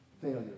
failure